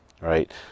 right